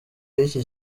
y’iki